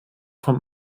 vom